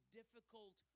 difficult